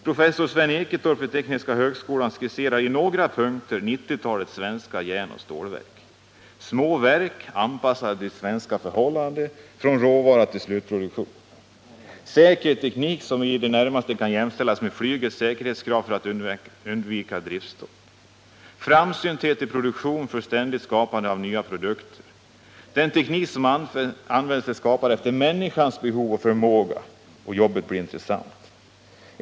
Professor Sven Eketorp vid tekniska högskolan skisserar i några punkter 1990-talets svenska järnoch stålverk: Säker teknik, som i det närmaste kan jämställas med flygets säkerhetssystem, för att undvika driftstopp. Den teknik som används är skapad efter människans behov och förmåga, och jobbet blir intressant.